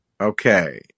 Okay